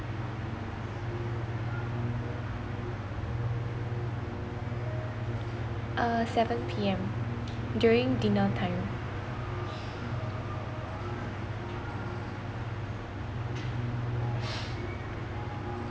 uh seven P_M during dinner time